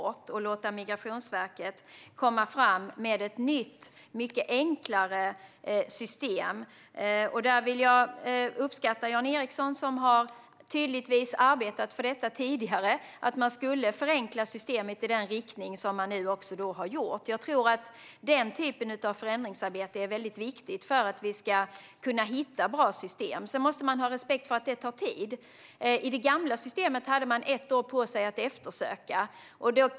Vi har valt att låta Migrationsverket komma fram med ett nytt och mycket enklare system. Jag uppskattar att Jan Ericson tydligtvis har arbetat tidigare för att systemet skulle förenklas i den riktning som man nu har gjort. Den typen av förändringsarbete är viktigt för att vi ska kunna hitta bra system. Sedan måste det finnas respekt för att det tar tid. I det gamla systemet hade man ett år på sig att eftersöka.